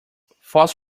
false